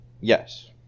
yes